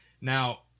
Now